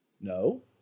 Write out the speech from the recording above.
No